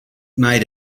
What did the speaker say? made